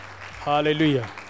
Hallelujah